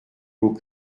haut